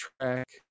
track